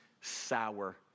sour